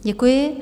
Děkuji.